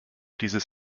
dieses